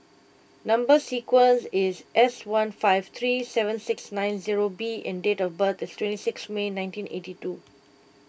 Number Sequence is S one five three seven six nine zero B and date of birth is twenty six May nineteen eighty two